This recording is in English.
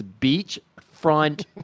beachfront